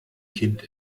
kind